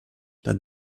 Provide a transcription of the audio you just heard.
that